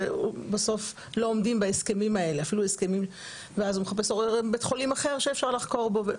בסוף לא מדו בהסכמים האלה ואז הוא מחפש בית חולים אחר שאפשר לחקור בו.